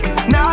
Now